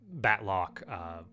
Batlock